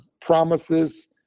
promises